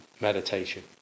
meditation